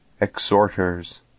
exhorters